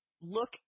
look